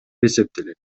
эсептелет